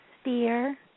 sphere